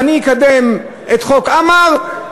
אני אקדם את חוק עמאר,